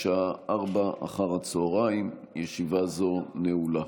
בשעה 16:00. ישיבה זו נעולה.